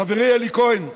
חברי אלי כהן,